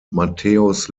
matthäus